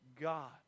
God